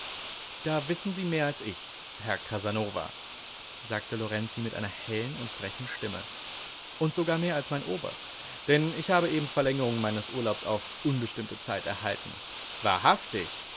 da wissen sie mehr als ich herr casanova sagte lorenzi mit einer hellen und frechen stimme und sogar mehr als mein oberst denn ich habe eben verlängerung meines urlaubs auf unbestimmte zeit erhalten wahrhaftig